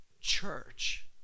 church